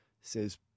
says